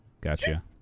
Gotcha